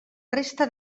resta